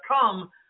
come